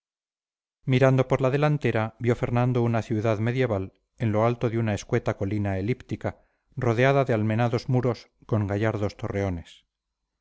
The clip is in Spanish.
mirando por la delantera vio fernando una ciudad medieval en lo alto de una escueta colina elíptica rodeada de almenados muros con gallardos torreones